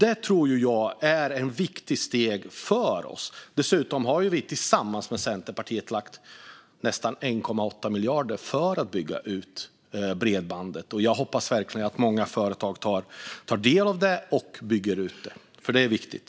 Det tror jag är ett viktigt steg. Dessutom har vi tillsammans med Centerpartiet lagt nästan 1,8 miljarder på att bygga ut bredband. Jag hoppas verkligen att många företag tar del av detta och bygger ut det, för det är viktigt.